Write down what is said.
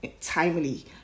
timely